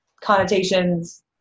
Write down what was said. connotations